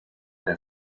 der